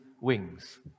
wings